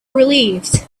relieved